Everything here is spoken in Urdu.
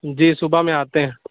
جی صُبح میں آتے ہیں